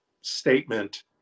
statement